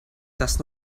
does